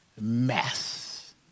mess